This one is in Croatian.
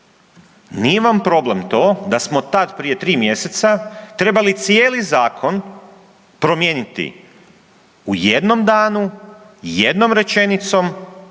nije vam problem to da smo tad prije tri mjeseca trebali cijeli zakon promijeniti u jednom danu, jednom rečenicom